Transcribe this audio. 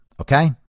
Okay